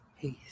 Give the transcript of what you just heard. peace